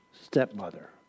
stepmother